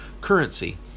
currency